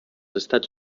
estats